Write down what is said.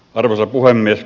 arvoisa puhemies